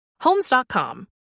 Homes.com